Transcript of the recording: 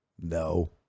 No